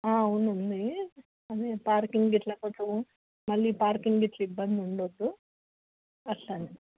అవును ఉంది ఉంది అదే పార్కింగ్ ఇట్లా కొంచెం మళ్ళీ పార్కింగ్ ఇట్ల ఇబ్బందుండద్దు అట్లా అని